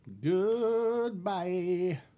Goodbye